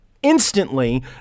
instantly